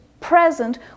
present